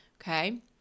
Okay